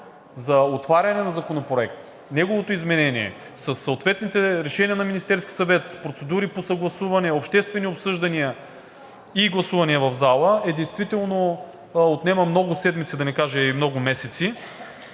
за отваряне на законопроект – неговото изменение със съответните решения на Министерския съвет, процедури по съгласуване, обществени обсъждания и гласувания в залата, действително отнема много седмици, да не кажа и много месеци.